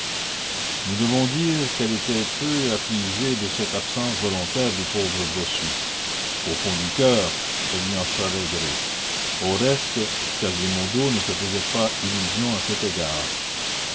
nous devons dire qu'elle était peu affligée de cette absence volontaire du pauvre bossu au fond du coeur elle lui en savait gré au reste quasimodo ne se faisait pas illusion à cet égard